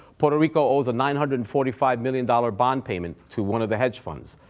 puerto rico owes a nine hundred and forty five million dollars bond payment to one of the hedge funds.